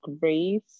grace